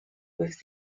with